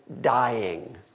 dying